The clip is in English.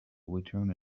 return